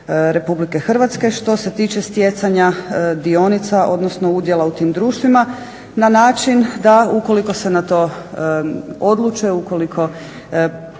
Republike Hrvatske. Što se tiče stjecanja dionica odnosno udjela u tim društvima na način da ukoliko se na to odluče, ukoliko iskažu